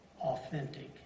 authentic